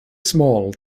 small